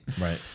Right